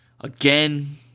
Again